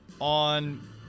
on